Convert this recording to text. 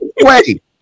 Wait